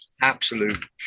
absolute